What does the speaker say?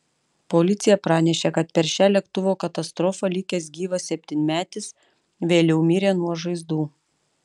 policija pranešė kad per šią lėktuvo katastrofą likęs gyvas septynmetis vėliau mirė nuo žaizdų